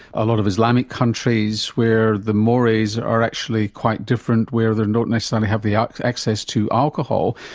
a lot of islamic countries where the morays are actually quite different where they don't necessarily have the access access to alcohol.